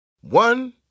One